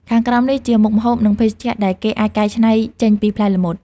ខាងក្រោមនេះជាមុខម្ហូប និងភេសជ្ជៈដែលគេអាចកែច្នៃចេញពីផ្លែល្មុត